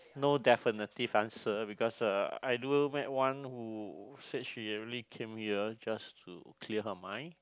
no definitive answer because uh I do met one who said she actually came her just to clear her mind